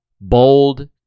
bold